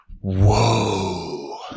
whoa